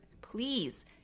please